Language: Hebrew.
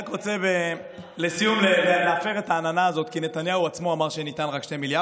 לא, נתניהו אמר שזה שקר.